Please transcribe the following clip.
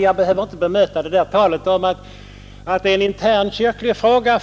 Jag behöver inte bemöta talet om att det är en intern kyrklig fråga;